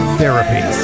Therapy